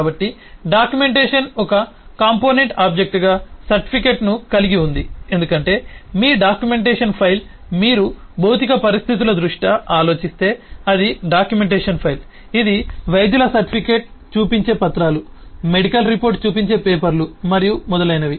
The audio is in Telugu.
కాబట్టి డాక్యుమెంటేషన్ ఒక కాంపోనెంట్ ఆబ్జెక్ట్గా సర్టిఫికెట్ను కలిగి ఉంది ఎందుకంటే మీ డాక్యుమెంటేషన్ ఫైల్ మీరు భౌతిక పరిస్థితుల దృష్ట్యా ఆలోచిస్తే అది డాక్యుమెంటేషన్ ఫైల్ ఇది వైద్యుల సర్టిఫికేట్ చూపించే పత్రాలు మెడికల్ రిపోర్ట్ చూపించే పేపర్లు మరియు మొదలైనవి